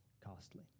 costly